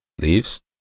Leaves